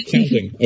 Counting